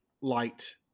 light